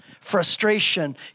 frustration